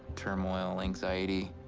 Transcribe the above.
turmoil, anxiety.